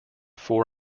four